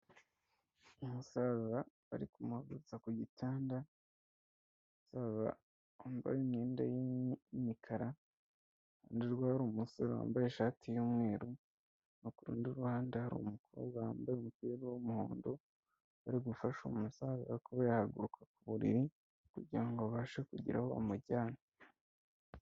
Umusaza bari kumuhagurutsa ku gitanda, umusaza wambaye imyenda y'imikara, iruhande rwe hari umusore wambaye ishati y'umweru no ku rundi ruhande hari umukobwa wambaye umupira w'umuhondo, bari gufasha umusaza kuba yahaguruka ku buriri kugira ngo babashe kugira aho bamujyana.